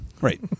Right